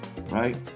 right